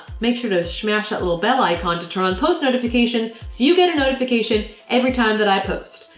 make sure to shmash that little bell icon to turn on post notifications so you get a notification every time that i post.